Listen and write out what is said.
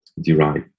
derived